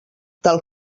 tal